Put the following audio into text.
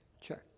check